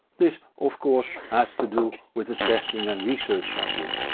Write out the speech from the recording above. this, of course, has to do with the testing and research i do,